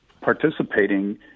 participating